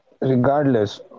regardless